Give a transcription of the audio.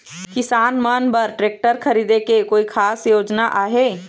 किसान मन बर ट्रैक्टर खरीदे के कोई खास योजना आहे?